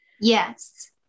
Yes